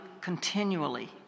continually